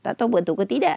tak tahu betul ke tidak